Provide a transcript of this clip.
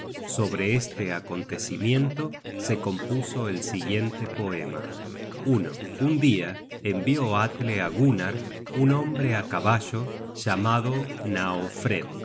sobre este acontecimiento se compuso el siguiente poema un dia envió atle á gunnar un hombre á caballo llamado